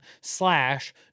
slash